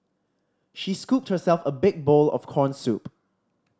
she scooped herself a big bowl of corn soup